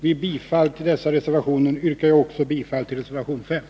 Vid bifall till dessa reservationer yrkar jag också bifall till reservation 5.